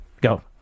Go